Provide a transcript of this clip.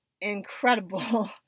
incredible